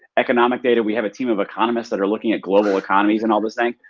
economic data. we have a team of economists that are looking at global economies and all those things.